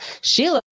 Sheila